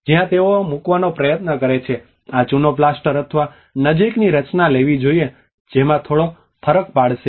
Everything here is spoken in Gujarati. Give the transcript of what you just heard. જ્યાં તેઓ મૂકવાનો પ્રયત્ન કરે છે આ ચૂનો પ્લાસ્ટર અથવા નજીકની રચના લેવી જોઈએ જેમાં થોડો ફરક પાડશે